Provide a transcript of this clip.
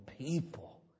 people